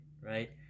right